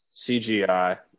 CGI